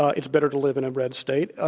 ah it's better to live in a red state. ah